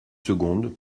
secondes